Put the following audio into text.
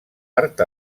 art